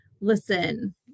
Listen